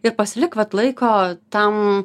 ir pasilik vat laiko tam